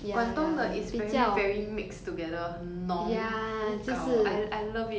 广东的 is very very mixed together 很浓很 gao I I love it